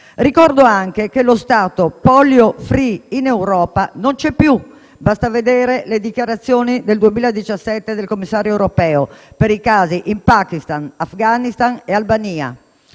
Ricordo anche che lo Stato polio *free* in Europa non c'è più, basta vedere le dichiarazioni del 2017 del commissario europeo per i casi in Pakistan, Afghanistan e Albania.